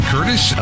Curtis